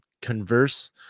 converse